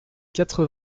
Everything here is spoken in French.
quatre